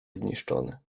zniszczony